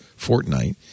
Fortnite